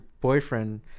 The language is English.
boyfriend